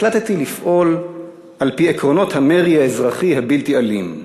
החלטתי לפעול על-פי עקרונות המרי האזרחי הבלתי-אלים.